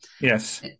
Yes